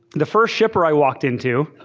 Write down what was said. the first shipper i walked into,